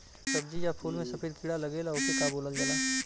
सब्ज़ी या फुल में सफेद कीड़ा लगेला ओके का बोलल जाला?